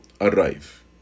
arrive